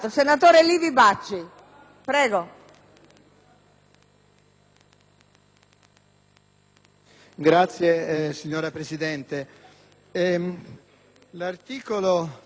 *(PD)*. Signora Presidente, l'articolo 36, del quale chiediamo la soppressione,